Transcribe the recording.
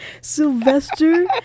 Sylvester